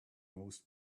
most